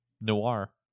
noir